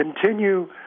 continue